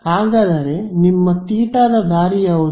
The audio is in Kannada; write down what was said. ಹಾಗಾದರೆ ನಿಮ್ಮ θ ದ ದಾರಿ ಯಾವುದು